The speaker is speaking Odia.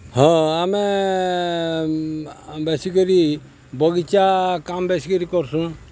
ହଁ ଆମେ ବେଶୀକରି ବଗିଚା କାମ୍ ବେଶୀକରି କର୍ସୁଁ